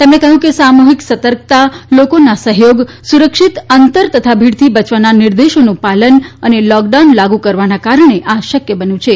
તેમણે કહ્યું કે સામુહિક સતર્કતા લોકોના સહયોગ સુરક્ષિત અંતર તથા ભીડથી બચવાના નિર્દેશોનું પાલન અને લોકડાઉન લાગુ કરવાના કારણે આ શક્ય બન્યું છે